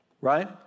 Right